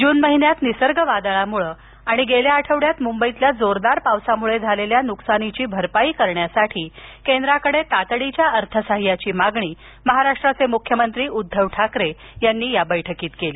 जून महिन्यात निसर्ग वादळामुळं आणि गेल्या आठवड्यात मुंबईतील जोरदार पावसामुळं झालेल्या नुकसानीची भरपाई करण्यासाठी केंद्राकडं तातडीच्या अर्थ साह्याची मागणी महाराष्ट्राचे मुख्यमंत्री उद्धव ठाकरे यांनी या बैठकीत केली